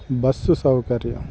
bus సౌకర్యం